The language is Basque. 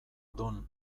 dun